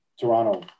Toronto